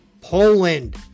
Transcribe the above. Poland